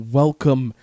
welcome